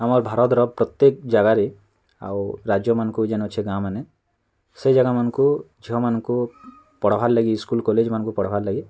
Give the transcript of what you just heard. ଆମର ଭାରତର ପ୍ରତ୍ୟେକ ଜାଗାରେ ଆଉ ରାଜ୍ୟ ମାନଙ୍କୁ ଯେନ୍ ଅଛେ ଗାଁମାନେ ସେ ଜାଗାମାନଙ୍କୁ ଝିଅମାନଙ୍କୁ ପଢ଼ବାର୍ ଲାଗି ସ୍କୁଲ୍ କଲେଜ୍ମାନଙ୍କୁ ପଢ଼ବାର୍ ଲାଗି